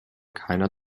keiner